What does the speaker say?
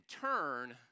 turn